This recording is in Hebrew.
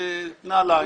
משקיעה עבודה.